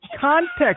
Context